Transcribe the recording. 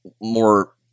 more